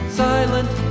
silent